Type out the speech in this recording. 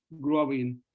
growing